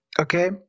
Okay